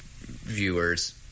viewers